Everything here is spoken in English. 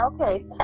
Okay